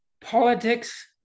Politics